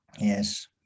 Yes